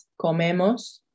comemos